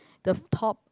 the top